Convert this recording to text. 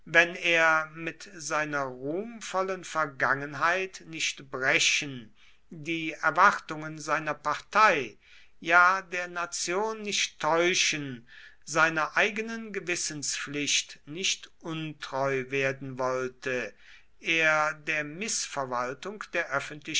wenn er mit seiner ruhmvollen vergangenheit nicht brechen die erwartungen seiner partei ja der nation nicht täuschen seiner eigenen gewissenspflicht nicht untreu werden wollte er der mißverwaltung der